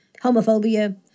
homophobia